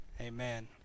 amen